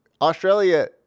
Australia